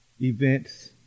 events